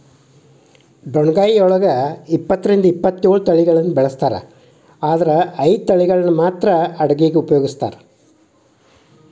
ಡೊಣ್ಣಗಾಯಿದೊಳಗ ಇಪ್ಪತ್ತರಿಂದ ಇಪ್ಪತ್ತೇಳು ತಳಿಗಳನ್ನ ಬೆಳಿಸ್ತಾರ ಆದರ ಐದು ತಳಿಗಳನ್ನ ಮಾತ್ರ ಅಡುಗಿಗ ಉಪಯೋಗಿಸ್ತ್ರಾರ